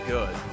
good